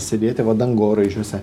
sėdėti va dangoraižiuose